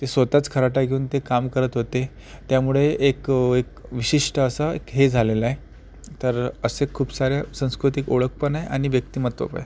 ते स्वतःच खराटा घेऊन ते काम करत होते त्यामुळे एक एक विशिष्ट असा हे झालेला आहे तर असे खूप साऱ्या सांस्कृतिक ओळख पण आहे आणि व्यक्तिमत्व पण आहे